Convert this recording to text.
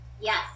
Yes